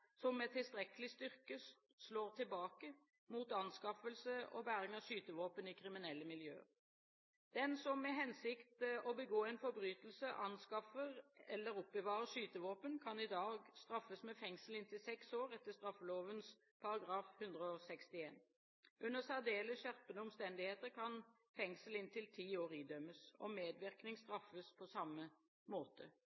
som med tilstrekkelig styrke slår tilbake mot anskaffelse og bæring av skytevåpen i kriminelle miljøer. Den som med hensikt å begå en forbrytelse anskaffer eller oppbevarer skytevåpen, kan i dag straffes med fengsel inntil seks år etter straffeloven § 161. Under særdeles skjerpende omstendigheter kan fengsel inntil ti år idømmes. Medvirkning